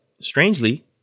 strangely